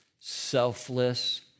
selfless